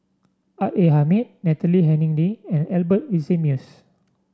R A Hamid Natalie Hennedige and Albert Winsemius